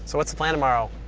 so what's the plan tomorrow?